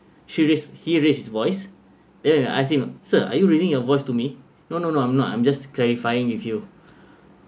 she raised he raised his voice then when I asked him sir are you raising your voice to me no no no I'm not I'm just clarifying with you